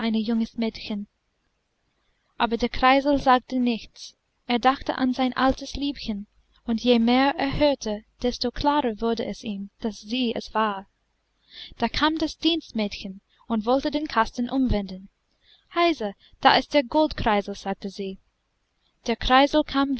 junges mädchen aber der kreisel sagte nichts er dachte an sein altes liebchen und je mehr er hörte desto klarer wurde es ihm daß sie es war da kam das dienstmädchen und wollte den kasten umwenden heisa da ist der goldkreisel sagte sie der kreisel kam